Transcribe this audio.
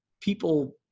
People